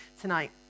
tonight